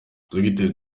dogiteri